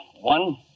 One